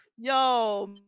Yo